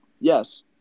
Yes